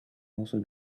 also